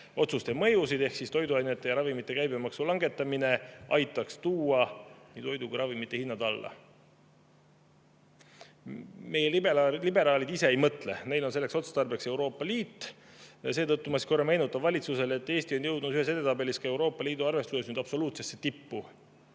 otsuste mõjusid, ehk toiduainete ja ravimite käibemaksu langetamine, aitaks tuua nii toidu kui ka ravimite hinnad alla. Meie liberaalid ise ei mõtle, neil on selleks otstarbeks Euroopa Liit. Seetõttu ma korra meenutan valitsusele, et Eesti on jõudnud ühes edetabelis Euroopa Liidu arvestuses nüüd absoluutsesse tippu.